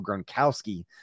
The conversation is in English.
Gronkowski